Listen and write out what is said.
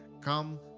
come